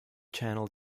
channel